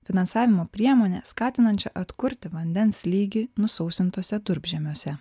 finansavimo priemonę skatinančią atkurti vandens lygį nusausintuose durpžemiuose